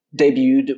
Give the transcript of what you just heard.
debuted